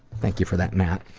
thank you for that, matt.